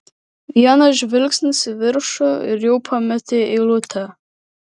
vienas žvilgsnis į viršų ir jau pametei eilutę